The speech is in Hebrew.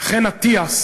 חן אטיאס